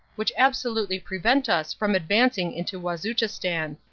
which absolutely prevent us from advancing into wazuchistan.